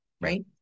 right